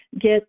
get